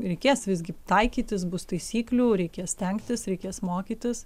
reikės visgi taikytis bus taisyklių reikės stengtis reikės mokytis